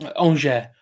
Angers